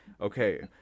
Okay